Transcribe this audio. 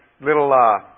little